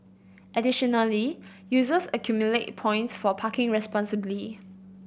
additionally users accumulate points for parking responsibly